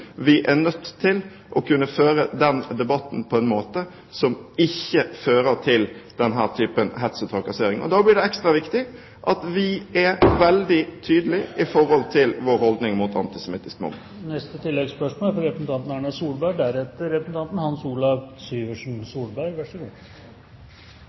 Vi er nødt til å kunne føre den debatten på en måte som ikke fører til denne typen hets og trakassering. Da blir det ekstra viktig at vi er veldig tydelige i forhold til vår holdning til antisemittisk mobbing. Erna Solberg – til oppfølgingsspørsmål. Det er jo ofte slik at barn arver holdninger fra